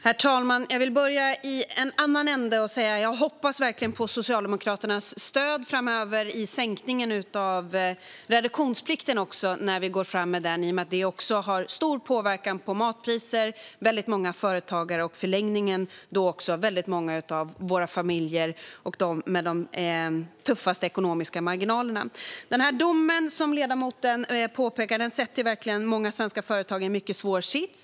Herr talman! Jag vill börja i en annan ände. Jag hoppas verkligen på Socialdemokraternas stöd framöver i sänkningen av reduktionsplikten när vi går fram med det. Det har stor påverkan på matpriser och väldigt många företagare och i förlängningen på väldigt många av familjerna med de tuffaste ekonomiska marginalerna. Som ledamoten påpekar sätter domen många svenska företag i en mycket svår sits.